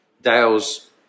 Dale's